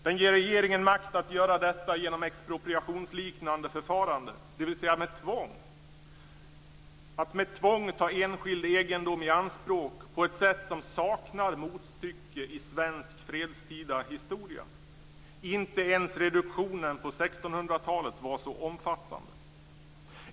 Den ger regeringen makt att göra detta genom ett expropriationsliknande förfarande, dvs. genom att med tvång ta enskild egendom i anspråk på ett sätt som saknar motstycke i svensk fredstida historia. Inte ens reduktionen på 1600-talet var så omfattande.